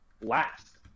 last